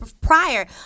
prior